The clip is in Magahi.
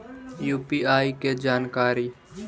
यु.पी.आई के जानकारी?